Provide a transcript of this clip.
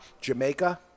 Jamaica